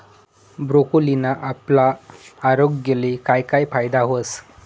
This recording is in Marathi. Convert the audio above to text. ब्रोकोलीना आपला आरोग्यले काय काय फायदा व्हस